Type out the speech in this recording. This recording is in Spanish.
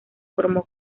formó